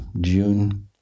June